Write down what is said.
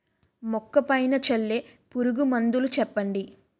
మొక్క పైన చల్లే పురుగు మందులు చెప్పండి?